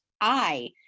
I-